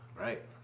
Right